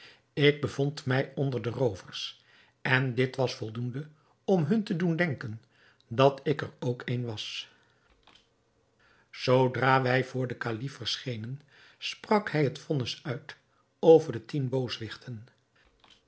ik bevond mij onder de roovers en dit was voldoende om hun te doen denken dat ik er ook een was zoodra wij voor den kalif verschenen sprak hij het vonnis uit over de tien